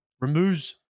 Removes